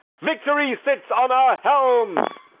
victory sits on our helms.